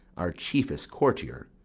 our chiefest courtier,